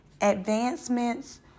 advancements